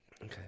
Okay